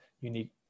unique